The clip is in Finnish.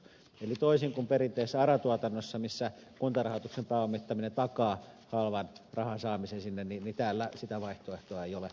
eli toisin kuin perinteisessä ara tuotannossa missä kuntarahoituksen pääomittaminen takaa halvan rahan saamisen sinne täällä sitä vaihtoehtoa ei ole